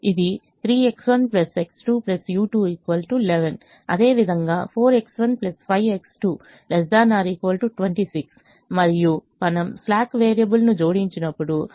అదేవిధంగా 4X1 5X2 ≤ 26 మరియు మనము స్లాక్ వేరియబుల్ను జోడించినప్పుడు అది u326